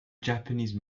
japanese